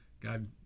God